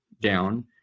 down